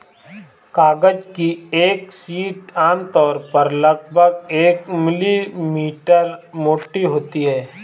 कागज की एक शीट आमतौर पर लगभग एक मिलीमीटर मोटी होती है